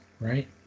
right